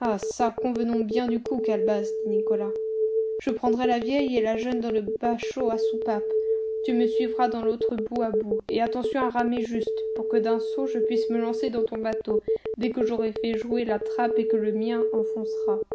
ah çà convenons bien du coup calebasse dit nicolas je prendrai la vieille et la jeune dans le bachot à soupape tu me suivras dans l'autre bout à bout et attention à ramer juste pour que d'un saut je puisse me lancer dans ton bateau dès que j'aurai fait jouer la trappe et que le mien enfoncera